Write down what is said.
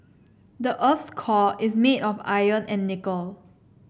the earth's core is made of iron and nickel